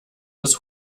des